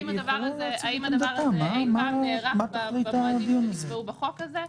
האם הדבר הזה אי פעם נערך במועדים שנקבעו בחוק הזה?